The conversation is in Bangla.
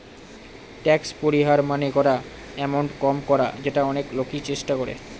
ট্যাক্স পরিহার মানে করা এমাউন্ট কম করা যেটা অনেক লোকই চেষ্টা করে